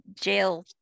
jail